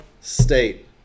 State